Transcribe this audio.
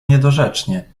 niedorzecznie